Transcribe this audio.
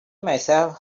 myself